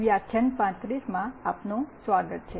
વ્યાખ્યાન 35 માં આપનું સ્વાગત છે